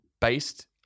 based